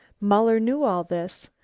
muller knew all this,